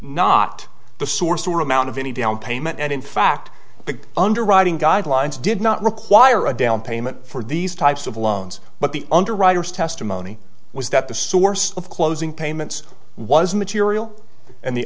not the source or amount of any down payment and in fact the underwriting guidelines did not require a down payment for these types of loans but the underwriters testimony was that the source of closing payments was material and the